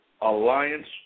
alliance